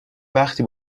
وقتی